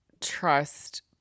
trust